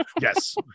yes